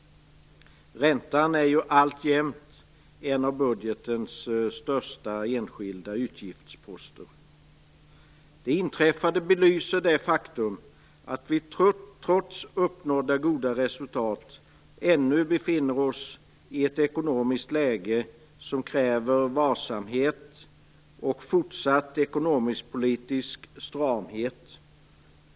Räntan är alltjämt en av budgetens största enskilda utgiftsposter. Det inträffade belyser det faktum att vi, trots uppnådda goda resultat, ännu befinner oss i ett ekonomiskt läge som kräver varsamhet och fortsatt ekonomisk-politisk stramhet.